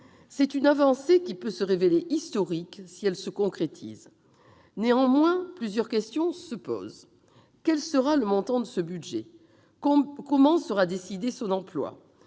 Cette avancée peut se révéler historique si elle se concrétise. Néanmoins, plusieurs questions se posent. Quel sera le montant de ce budget ? Comment sera décidé son emploi ?